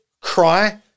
cry